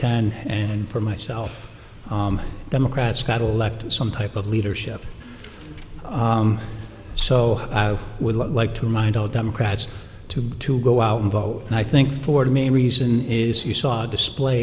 and and for myself democrats got elected some type of leadership so i would like to remind all democrats to get to go out and vote and i think for the main reason is you saw a display